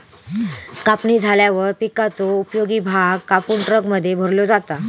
कापणी झाल्यावर पिकाचो उपयोगी भाग कापून ट्रकमध्ये भरलो जाता